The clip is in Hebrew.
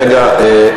רגע.